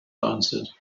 answered